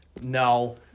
No